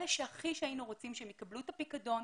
אלה שהכי היינו רוצים שהם יקבלו את הפיקדון,